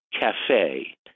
Cafe